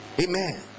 Amen